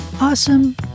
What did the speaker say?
awesome